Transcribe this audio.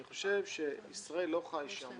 אני חושב שישראל לא יכולה להישאר מאחורה.